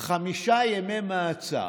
חמישה ימי מעצר,